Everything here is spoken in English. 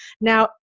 now